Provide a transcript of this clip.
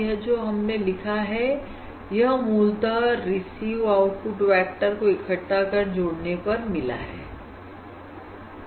यहां जो हमने लिखा है यह मूलतः रिसीव आउटपुट वेक्टर को इकट्ठा कर जोड़ने पर मिला है